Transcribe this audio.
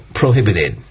prohibited